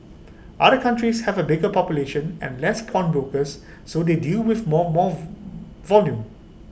other countries have A bigger population and less pawnbrokers so they deal with more more volume